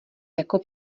jako